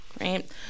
right